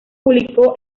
publicó